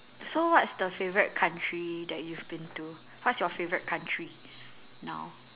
so what's the favourite country that you've been to what's your favourite country now